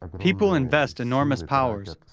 people invest enormous powers,